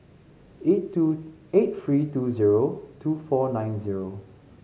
eight two eight three two zero two four nine zero